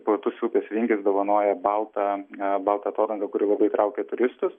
platus upės vingis dovanoja baltą baltą atodangą kuri labai traukia turistus